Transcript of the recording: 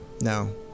No